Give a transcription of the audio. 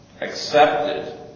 accepted